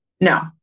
No